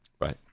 Right